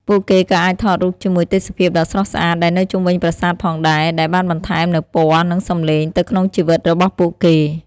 ពួកគេក៏អាចថតរូបជាមួយទេសភាពដ៏ស្រស់ស្អាតដែលនៅជុំវិញប្រាសាទផងដែរ ដែលបានបន្ថែមនូវពណ៌និងសម្លេងទៅក្នុងជីវិតរបស់ពួកគេ។